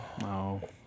No